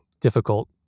difficult